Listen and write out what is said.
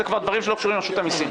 כבר דברים שלא קשורים לרשות המסים.